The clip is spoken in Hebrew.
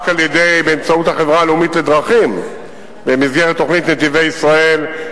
רק באמצעות החברה הלאומית לדרכים במסגרת תוכנית "נתיבי ישראל",